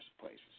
places